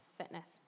fitness